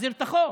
להחזיר את החוב.